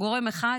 גורם אחד